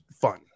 fun